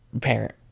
Parent